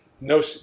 no